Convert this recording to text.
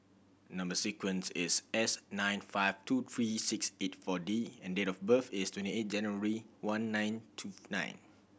number sequence is S nine five two three six eight Four D and date of birth is twenty eight January one nine two nine